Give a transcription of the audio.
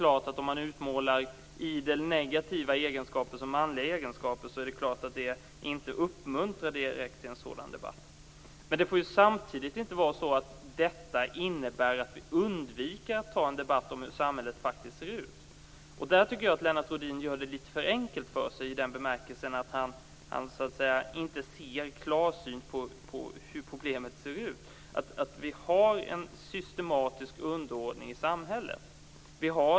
Att utmåla idel negativa egenskaper som manliga egenskaper uppmuntrar inte en sådan debatt. Men samtidigt får det inte innebära att vi undviker att debattera hur samhället faktiskt ser ut. Lennart Rohdin gör det litet för enkelt för sig när han inte klarsynt ser på hur problemet ser ut. Det råder en systematisk underordning i samhället.